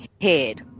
head